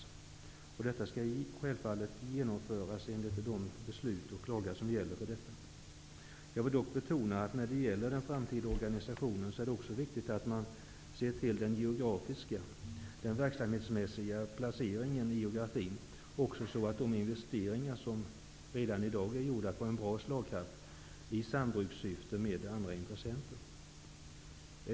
Denna prövning skall självfallet genomföras enligt gällande lagar. Jag vill dock betona att det när det gäller den framtida organisationen också är viktigt att man ser till den geografiska, dvs. den verksamhetsmässiga placeringen i geografin, så att de investeringar som redan i dag är gjorda får en bra slagkraft i sambruk med andra intressenter.